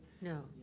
no